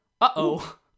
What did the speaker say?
uh-oh